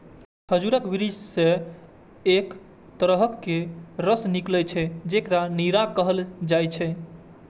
खजूरक वृक्ष सं एक तरहक रस निकलै छै, जेकरा नीरा कहल जाइ छै